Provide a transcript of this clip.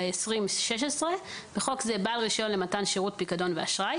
השתע"ו-2016 (בחוק זה - בעל רישיון למתן שירותי פיקדון ואשראי)